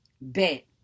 bet